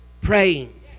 praying